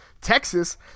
Texas